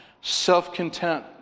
Self-content